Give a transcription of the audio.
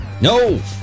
No